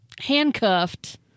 handcuffed